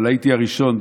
אבל הייתי הראשון,